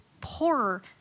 poorer